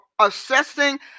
assessing